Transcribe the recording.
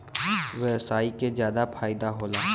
व्यवसायी के जादा फईदा होला